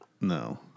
no